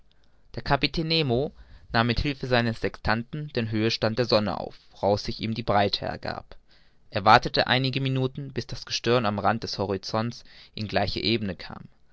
der kapitän nemo nahm mit hilfe seines sextanten den höhestand der sonne auf woraus sich ihm die breite ergab er wartete einige minuten bis das gestirn am rand des horizonts in gleiche ebene kam